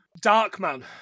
Darkman